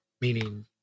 meaning